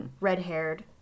red-haired